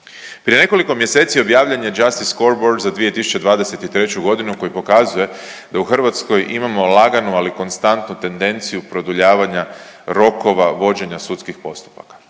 Prije nekoliko mjeseci objavljen je Justice Scoreboard za 2023. godinu koji pokazuje da u Hrvatskoj imamo laganu ali konstantnu tendenciju produljavanja rokova vođenja sudskih postupaka.